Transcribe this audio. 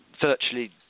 virtually